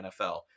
NFL